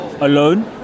alone